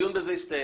הדיון בזה הסתיים.